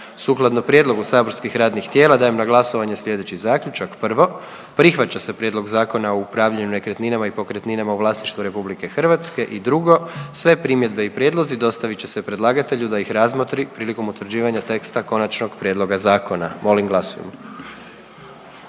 Sukladno prijedlogu saborskih radnih tijela dajem na glasovanje sljedeći zaključak: 1. Prihvaća se Prijedlog Zakona o hrvatskom jeziku; i 2. Sve primjedbe i prijedlozi dostavit će se predlagatelju da ih razmotri prilikom utvrđivanja teksta konačnog prijedloga zakona. Molim glasujmo.